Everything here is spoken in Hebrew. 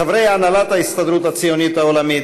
חברי הנהלת ההסתדרות הציונית העולמית,